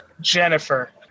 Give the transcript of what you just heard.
Jennifer